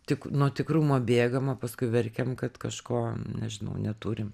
tik nuo tikrumo bėgam o paskui verkiam kad kažko nežinau neturim